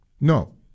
No